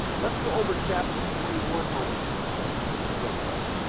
let's go over chapter twenty one homework real quick.